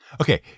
Okay